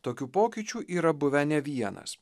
tokių pokyčių yra buvę ne vienas